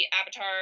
Avatar